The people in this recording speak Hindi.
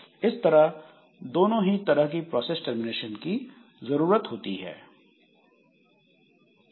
इस तरह दोनों तरह की प्रोसेस टर्मिनेशन की जरूरत होती है